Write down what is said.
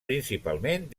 principalment